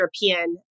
European